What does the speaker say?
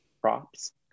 props